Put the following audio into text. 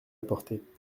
apporter